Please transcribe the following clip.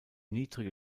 niedrige